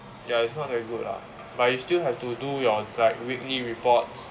ya it's not very good lah but you still have to do your like weekly reports